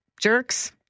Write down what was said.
jerks